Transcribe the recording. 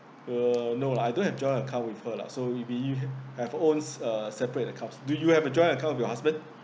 uh no lah I don't have joint account with her lah so we be~ have own uh separate accounts do you have a joint account with your husband